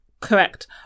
correct